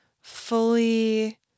fully